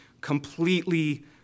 completely